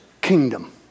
kingdom